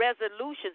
resolutions